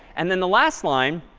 and then the last line,